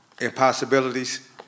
impossibilities